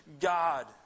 God